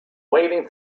waiting